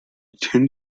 tend